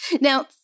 Now